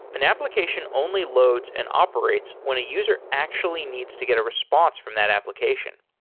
an application only loads and operates when a user actually needs to get a response from that application.